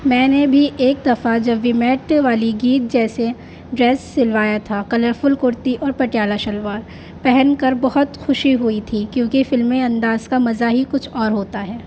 میں نے بھی ایک دفعہ جب وی میٹ والی گیت جیسے ڈریس سلوایا تھا کلرفل کرتی اور پٹیالہ شلوار پہن کر بہت خوشی ہوئی تھی کیونکہ فلمی انداز کا مزہ ہی کچھ اور ہوتا ہے